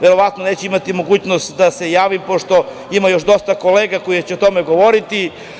Verovatno neću imati mogućnost da se javim, pošto ima još dosta kolega koji će o tome govoriti.